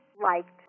liked